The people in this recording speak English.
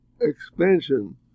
expansion